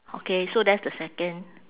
okay so that's the second